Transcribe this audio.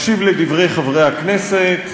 מקשיב לדברי חברי הכנסת,